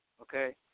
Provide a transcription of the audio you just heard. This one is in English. okay